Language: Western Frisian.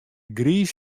griis